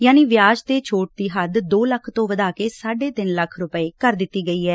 ਯਾਨੀ ਵਿਆਜ ਤੇ ਛੋਟ ਦੀ ਹੱਦ ਦੋ ਲੱਖ ਤੋਂ ਵਧਾ ਕੇ ਸਾਢੇ ਤਿੰਨ ਲੱਖ ਰੁਪੈ ਕਰ ਦਿੱਤੀ ਐ